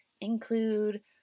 include